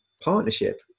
partnership